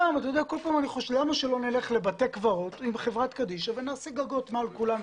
למה שלא נלך לבתי קברות עם חברת קדישא ונעשה גגות מעל כולם?